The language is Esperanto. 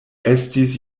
estis